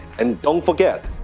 and, don't forget,